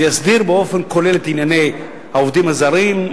זה יסדיר באופן כולל את ענייני העובדים הזרים,